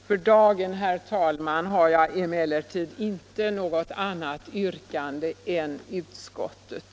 För dagen har jag emellertid, herr talman, inte något annat yrkande än utskottet.